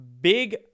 big